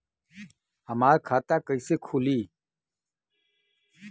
हमार खाता कईसे खुली?